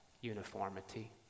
uniformity